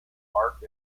park